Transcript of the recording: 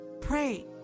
Pray